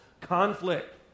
conflict